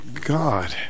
God